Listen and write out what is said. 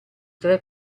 tre